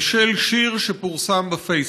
בשל שיר שפורסם בפייסבוק.